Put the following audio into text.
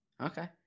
Okay